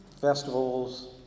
Festivals